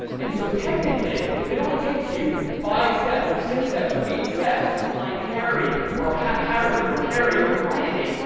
and so technically, if it only takes you five steps or six steps or eight steps to find harry or hagrid or harry or hermione,